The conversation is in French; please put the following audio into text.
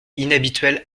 inhabituel